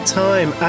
time